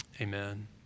Amen